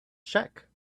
check